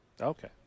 Okay